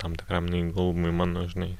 tam tikram neįgalumui mano žinai